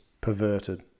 perverted